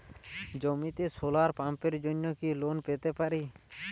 জমিতে সোলার পাম্পের জন্য কি লোন পেতে পারি?